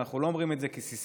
אנחנו לא אומרים את זה כסיסמה,